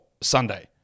Sunday